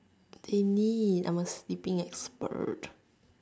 Tini I'm a sleeping expert